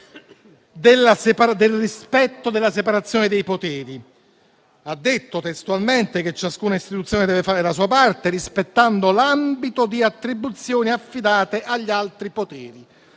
del rispetto della separazione dei poteri. Ha detto testualmente che ciascuna istituzione deve fare la sua parte, rispettando l'ambito di attribuzioni affidate agli altri poteri,